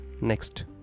next